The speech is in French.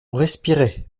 respirait